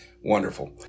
Wonderful